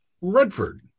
Redford